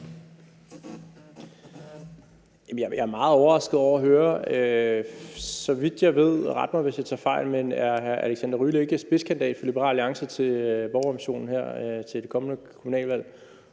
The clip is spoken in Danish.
er jeg meget overrasket over at høre. Så vidt jeg ved – og ret mig, hvis jeg tager fejl – er hr. Alexander Ryle spidskandidat for Liberal Alliance i Borgerrepræsentationen her ved det kommende kommunalvalg.